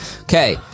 Okay